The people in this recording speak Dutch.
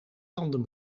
tanden